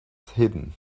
hidden